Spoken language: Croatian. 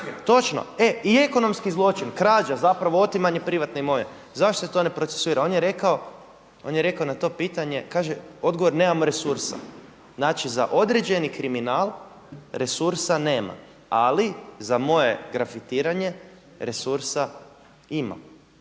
točno e i ekonomski zločin, krađa zapravo otimanje privatne imovine, zašto se to ne procesuira. On je rekao na to pitanje, odgovor nemamo resursa. Znači za određeni kriminal resurs nama, ali za moje grafitiranje resursa ima.